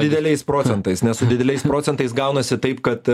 dideliais procentais nes su dideliais procentais gaunasi taip kad